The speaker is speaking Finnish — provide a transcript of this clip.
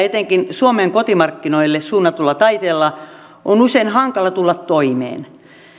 etenkin suomen kotimarkkinoille suunnatulla taiteella on usein hankala tulla toimeen